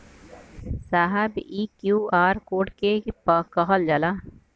साहब इ QR code के के कहल जाला?